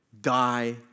die